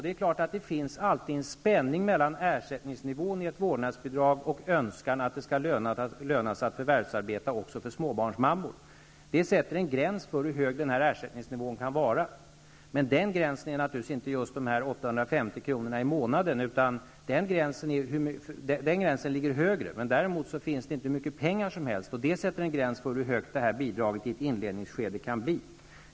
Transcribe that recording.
Det är klart att det alltid finns en spänning mellan ersättningsnivån i ett vårdnadsbidrag och önskan att det skall löna sig att förvärvsarbeta också för småbarnsmammor. Det sätter en gräns för hur hög ersättningsnivån kan vara. Men den gränsen är naturligtvis inte just 850 kr. i månaden. Den gränsen ligger högre. Däremot finns det inte hur mycket pengar som helst, och det sätter en gräns för hur högt detta bidrag i ett inledningsskede kan bli.